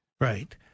right